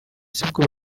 sibwo